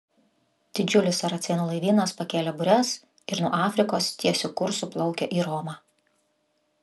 didžiulis saracėnų laivynas pakėlė bures ir nuo afrikos tiesiu kursu plaukia į romą